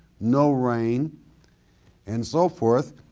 no rain and so forth,